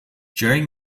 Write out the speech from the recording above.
during